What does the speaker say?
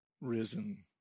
risen